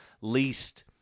least